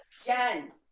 again